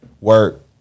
work